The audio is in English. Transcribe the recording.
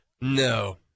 no